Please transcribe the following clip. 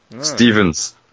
Stevens